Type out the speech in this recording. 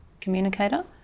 communicator